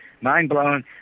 Mind-blowing